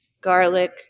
garlic